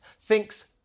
thinks